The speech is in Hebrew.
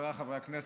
חבריי חברי הכנסת,